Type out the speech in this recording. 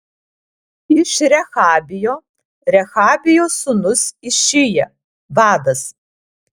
iš rehabijo rehabijo sūnus išija vadas